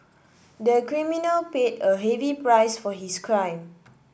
the criminal paid a heavy price for his crime